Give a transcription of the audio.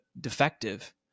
defective